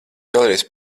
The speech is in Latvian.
vēlreiz